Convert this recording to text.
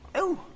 oh.